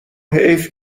حیف